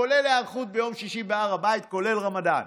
כולל היערכות ביום שישי בהר הבית, כולל רמדאן.